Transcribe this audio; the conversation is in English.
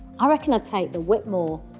i reckon i'd take the whitmore.